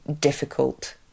difficult